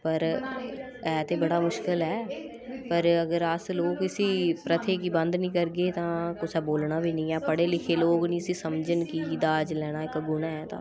पर ऐ ते बड़ा मुश्कल ऐ पर अगर अस लोक इसी प्रथा गी बंद नी करगे तां कुसै बोलना बी नी ऐ पढ़े लिखे लोक नी इसी समझन कि दाज लैना इक गुनाह् ऐ तां